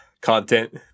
content